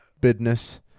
business